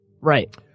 Right